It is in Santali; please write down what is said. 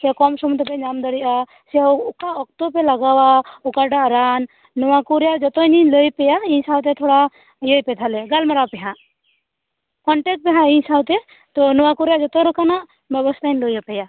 ᱥᱮ ᱠᱚᱢ ᱥᱚᱢ ᱛᱮᱯᱮ ᱧᱟᱢ ᱫᱟᱲᱮᱭᱟᱜᱼᱟ ᱥᱮ ᱚᱠᱟ ᱚᱠᱛᱚ ᱯᱮ ᱞᱟᱜᱟᱣᱟ ᱚᱠᱟᱴᱟᱜ ᱨᱟᱱ ᱱᱚᱣᱟ ᱠᱚ ᱨᱮᱭᱟᱜ ᱡᱚᱛᱚ ᱤᱧᱤᱧ ᱞᱟᱹᱭ ᱟᱯᱮᱭᱟ ᱤᱧ ᱥᱟᱶᱛᱮ ᱛᱷᱚᱲᱟ ᱤᱭᱟᱹᱭ ᱯᱮ ᱛᱟᱦᱚᱞᱮ ᱜᱟᱞᱢᱟᱨᱟᱣ ᱯᱮ ᱱᱟᱦᱟᱸᱜ ᱠᱚᱱᱴᱮᱠ ᱯᱮ ᱱᱟᱦᱟᱸᱜ ᱤᱧ ᱥᱟᱶᱛᱮ ᱛᱚ ᱱᱚᱣᱟ ᱠᱚ ᱨᱮᱭᱟᱜ ᱡᱚᱛᱚ ᱨᱚᱠᱚᱢᱟᱜ ᱵᱮᱵᱚᱥᱛᱷᱟᱧ ᱞᱟᱹᱭ ᱟᱯᱮᱭᱟ